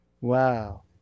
Wow